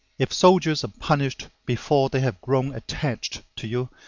if soldiers are punished before they have grown attached to you,